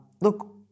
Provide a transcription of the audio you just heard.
look